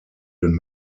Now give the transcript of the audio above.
den